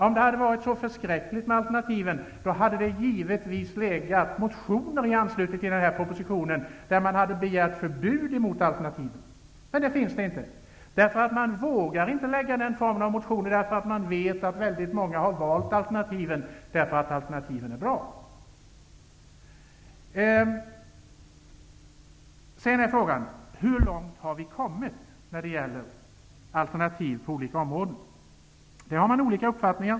Om det hade varit så förskräckligt med alternativen, hade givetvis motioner i anslutning till den här propositionen väckts, i vilka man hade begärt förbud mot alternativen. Det finns emellertid inga sådana motioner. Man vågar nämligen inte väcka den typen av motioner, därför att man vet att väldigt många har valt bland alternativen därför att alternativen är bra. Hur långt har vi då kommit när det gäller alternativ på olika områden? Uppfattningarna är olika.